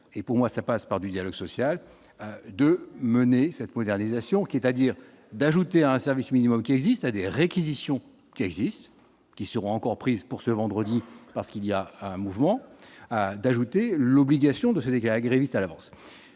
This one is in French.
et pour moi, ça passe par du dialogue social de mener cette modernisation qui est à dire d'ajouter à un service minimum qui existe à des réquisitions qui existent, qui seront encore prises pour ce vendredi, parce qu'il y a un mouvement d'ajouter l'obligation de ces dégâts grévistes à la